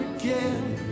again